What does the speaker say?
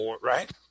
Right